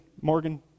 Morgan